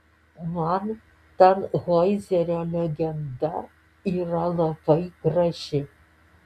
man tanhoizerio legenda yra labai graži